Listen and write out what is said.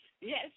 Yes